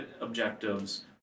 objectives